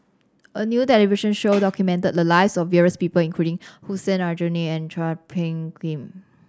a new television show documented the lives of various people including Hussein Aljunied and Chua Phung Kim